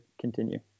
continue